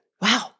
Wow